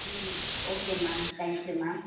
ம் okay ma'am thank you ma'am